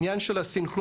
העניין של הסנכרון.